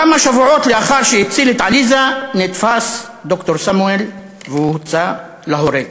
כמה שבועות לאחר שהציל את עליזה נתפס ד"ר סמואל והוצא להורג.